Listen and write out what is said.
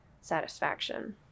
satisfaction